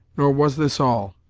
nor was this all.